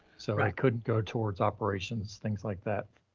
so i couldn't go towards operations, things like that.